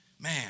man